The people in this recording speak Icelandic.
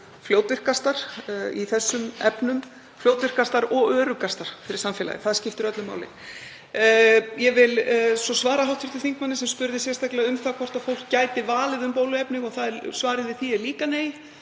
fljótvirkastar í þessum efnum, fljótvirkastar og öruggastar fyrir samfélagið. Það skiptir öllu máli. Ég vil svo svara hv. þingmanni sem spurði sérstaklega hvort fólk gæti valið um bóluefni. Svarið við því er líka nei,